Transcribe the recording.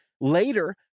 Later